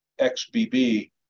XBB